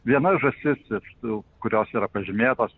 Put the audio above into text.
viena žąsis iš tų kurios yra pažymėtos